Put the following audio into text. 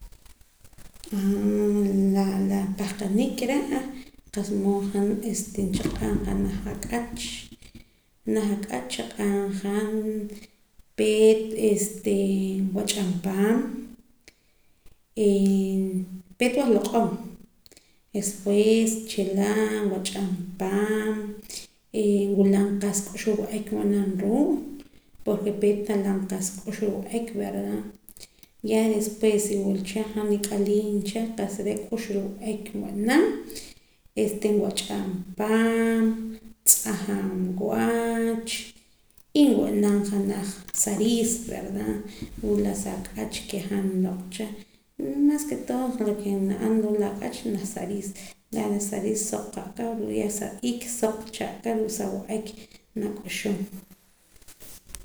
La pahqanik re' qa'sa mood han nchaq'aam janaj ak'ach naj ak'ach nchaq'aamja peet nwach'am paam peet nwahloq'om despues nchila nwach'am paam nwilam qa'sa k'uxb'al wa'ek nb'anam ruu' porke peet nalam qa'sa k'uxb'al wa'ek verda ya despues si wula cha han it'aliim cha qa'sa k'uxb'al wa'ek nb'anam nwach'am paam ntz'ajam wach y nb'anam janaj sa riis verdad ruu' la sa ak'ach ke han niloq' cha mas ke todo lo ke na'an ruu' la ak'ach janaj sa riis la sa riis suq aka ruu' naj sa iik cha' aka ruu' sa wa'ek nak'uxum